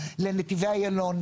לנתיבי איילון,